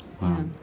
Wow